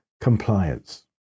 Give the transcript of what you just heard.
compliance